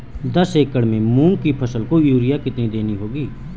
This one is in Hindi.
दस एकड़ में मूंग की फसल को यूरिया कितनी देनी होगी?